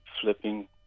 flipping